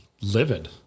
livid